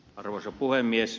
arvoisa puhemies